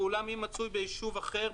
ואולם אם מצוי ביישוב אחר,